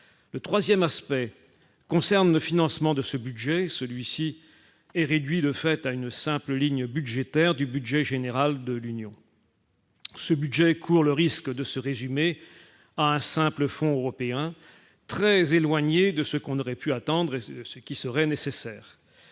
le 3ème aspect concerne le financement de ce budget, celui-ci est réduit, le fait à une simple ligne budgétaire du budget général de l'Union. Ce budget court le risque de se résumer à un simple fonds européen très éloigné de ce qu'on aurait pu attendre et c'est ce qui serait nécessaire,